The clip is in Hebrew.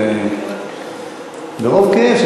ברוב כאב,